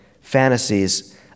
fantasies